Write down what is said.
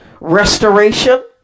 Restoration